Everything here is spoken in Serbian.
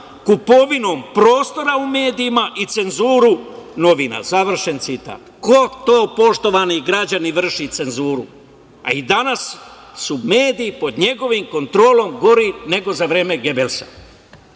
kupovinom prostora u medijima i cenzuru novina, završen citat. Ko to poštovani građani vrši cenzuru? I danas su mediji pod njegovom kontrolom gori nego za vreme Gebelsa. Evo